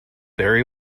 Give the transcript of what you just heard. very